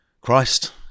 Christ